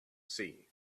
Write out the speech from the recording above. see